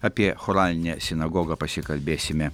apie choralinę sinagogą pasikalbėsime